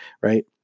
right